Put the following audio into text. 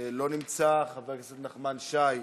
אינו נמצא, חבר הכנסת נחמן שי,